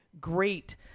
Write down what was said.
great